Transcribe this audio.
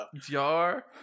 Jar